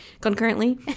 concurrently